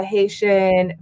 Haitian